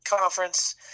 conference